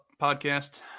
Podcast